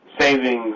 savings